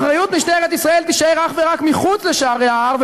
אחריות משטרת ישראל תישאר אך ורק מחוץ לשערי ההר,